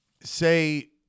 Say